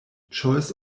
choice